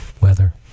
Weather